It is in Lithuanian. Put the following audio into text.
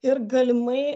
ir galimai